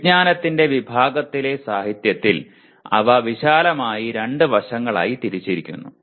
വിജ്ഞാനത്തിൻറെ വിഭാഗത്തിലെ സാഹിത്യത്തിൽ അവ വിശാലമായി രണ്ട് വശങ്ങളായി തിരിച്ചിരിക്കുന്നു